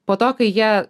po to kai jie